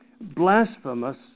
Blasphemous